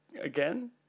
again